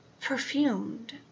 Perfumed